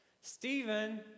Stephen